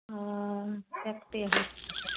ओ देखते हैं